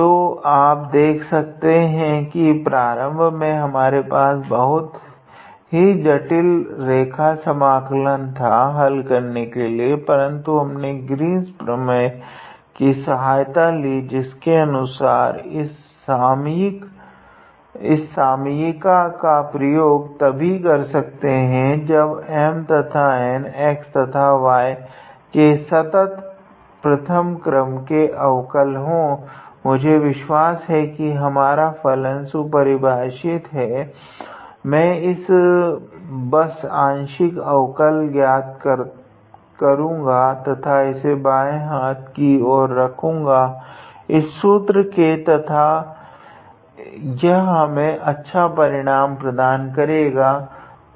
तो आप देखा सकते है की प्रारम्भ में हमारे पास बहुत ही जटिल रेखा समाकलन था हल करने के लिए परन्तु हमने ग्रीन्स प्रमेय की सहायता ली जिसके अनुसार आप इस सामयिक का प्रयोग तभी कर सकते है जब की M तथा N x तथा y के संतत् प्रथम क्रम के अवकल हो मुझे विश्वास है की हमारा फलन सुपरिभाषित है मैं बस आंशिक अवकल ज्ञात करूँगा तथा इसे बांये हाथ की औररखूँगा इस सूत्र के तथा यह हमें अच्छा परिणाम प्रदान करेगा